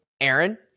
aaron